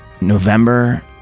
November